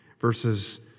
verses